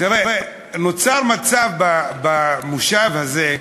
תראה, נוצר מצב במושב הזה,